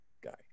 guy